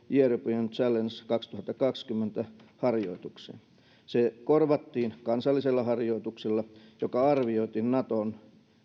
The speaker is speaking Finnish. european challenge kaksituhattakaksikymmentä harjoitukseen se korvattiin kansallisella harjoituksella joka arvioitiin naton